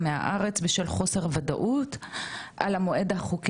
על המועד החוקי ליציאה מישראל בתקופת הקורונה.